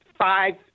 five